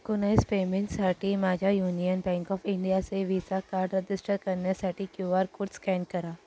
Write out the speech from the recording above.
tokenise पेमेंटसाठी माझ्या Union Bank of इंडियाचे व्हिसा कार्ड रजिस्टर करण्यासाठी क्यू आर कोड स्कॅन करा